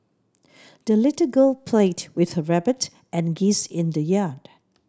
the little girl played with her rabbit and geese in the yard